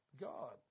God